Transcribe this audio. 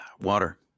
Water